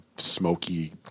smoky